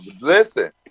Listen